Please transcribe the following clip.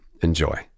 Enjoy